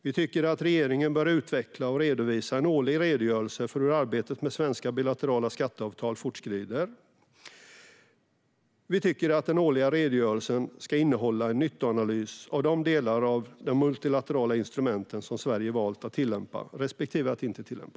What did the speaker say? Vi tycker att regeringen bör utveckla och redovisa en årlig redogörelse för hur arbetet med svenska bilaterala skatteavtal fortskrider. Vi tycker också att den årliga redogörelsen ska innehålla en nyttoanalys av de delar av det multilaterala instrumentet som Sverige har valt att tillämpa respektive inte tillämpa.